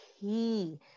key